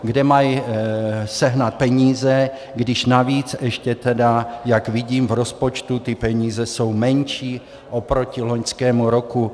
Kde mají sehnat peníze, když navíc ještě tedy, jak vidím, v rozpočtu ty peníze jsou menší oproti loňskému roku?